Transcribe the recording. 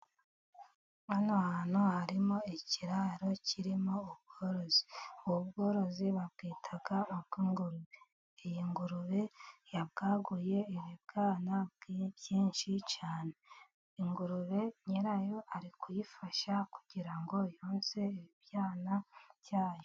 Hano hantu harimo ikiraro kirimo ubworozi ubu bworozi babwita ubw'ingurube, iyi ngurube yabwaguye ibibwana byinshi cyane ingurube nyirayo ari kuyifasha kugira ngo yonse ibyana byayo.